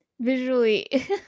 visually